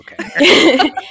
Okay